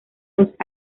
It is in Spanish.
los